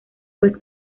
pues